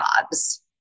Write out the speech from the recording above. jobs